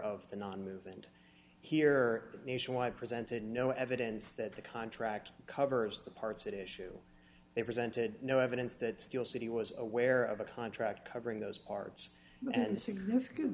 of the nonmoving and here nationwide presented no evidence that the contract covers the parts at issue they presented no evidence that steel city was aware of a contract covering those parts and significant